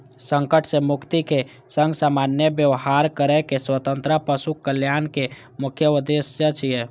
संकट सं मुक्तिक संग सामान्य व्यवहार करै के स्वतंत्रता पशु कल्याणक मुख्य उद्देश्य छियै